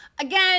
Again